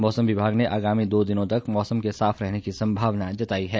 मौसम विभाग ने आगामी दो दिनों तक मौसम के साफ रहने की संभावना जताई है